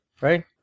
right